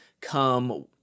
come